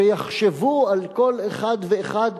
שיחשבו על כל אחד ואחד,